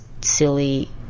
silly